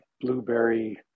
blueberry